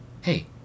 hey